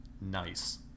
nice